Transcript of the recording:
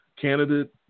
candidate